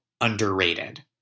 underrated